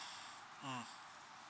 mm